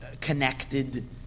connected